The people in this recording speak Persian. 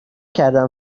کردم